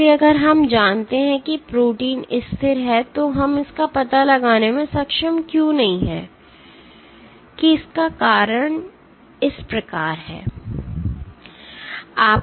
इसलिए अगर हम जानते हैं कि प्रोटीन स्थिर है तो हम इसका पता लगाने में सक्षम क्यों नहीं हैं कि इसका कारण इस प्रकार है